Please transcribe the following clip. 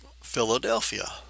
Philadelphia